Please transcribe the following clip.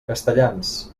castellans